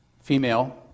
female